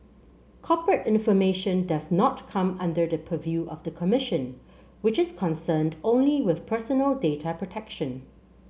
corporate information does not come under the purview of the commission which is concerned only with personal data protection